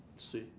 see